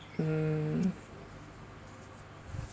mm